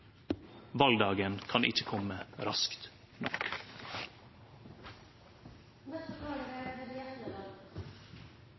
Valdagen kan ikkje kome raskt